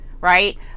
right